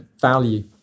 value